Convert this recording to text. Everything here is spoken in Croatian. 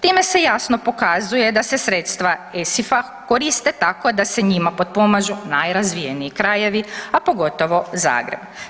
Time se jasno pokazuje da se sredstva ESIF-a koriste tako da se njima potpomažu najrazvijeniji krajevi a pogotovo Zagreba.